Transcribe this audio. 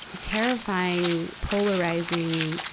terrifying, polarizing,